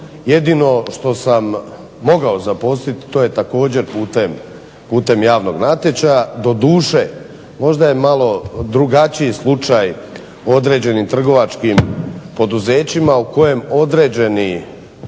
Jedino što sam mogao zaposliti to je također putem javnog natječaja. Doduše možda je malo drugačiji slučaj određenim trgovačkim poduzećima u kojem određene